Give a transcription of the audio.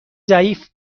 ضعیف